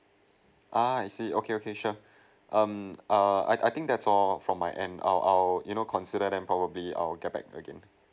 ah I see okay okay sure um err I I think that's all from my end I'll I'll you know consider then probably I'll get back again